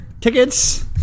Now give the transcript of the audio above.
Tickets